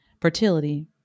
fertility